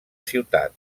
ciutat